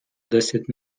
десять